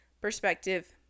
perspective